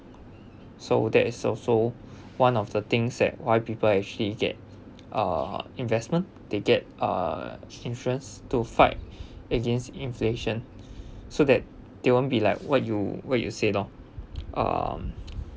so that is also one of the things that why people actually get uh investment they get uh insurance to fight against inflation so that they won't be like what you what you say loh um